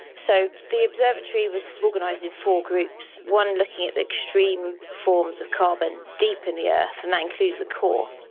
so the observatory was organising four groups, one looking at the extreme forms of carbon deep in the earth, and that includes the core.